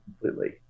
completely